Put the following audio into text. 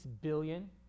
billion